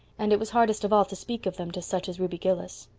and it was hardest of all to speak of them to such as ruby gillis